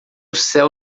céu